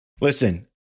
Listen